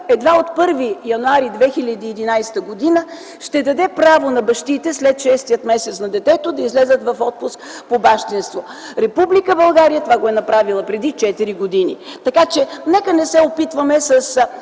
едва от 1 януари 2011 г. ще даде право на бащите след 6-тия месец на детето да излязат в отпуск по бащинство. Република България това го е направила преди 4 години. Нека не се опитваме с